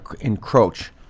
encroach